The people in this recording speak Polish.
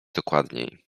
dokładniej